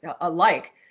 alike